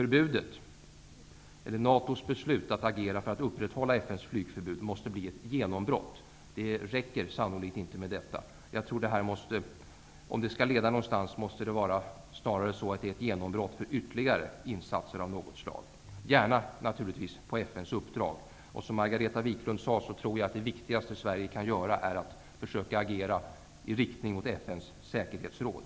NATO:s beslut att agera för att upprätthålla FN:s flygförbud måste bli ett genombrott. Det räcker sannolikt inte med detta. Om det skall leda någon vart tror jag snarare att det beslutet måste utgöra ett genombrott för ytterligare insatser av något slag, naturligtvis gärna på FN:s uppdrag. Liksom Margareta Viklund tror jag att det viktigaste Sverige kan göra är att försöka agera i riktning mot FN:s säkerhetsråd.